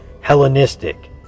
Hellenistic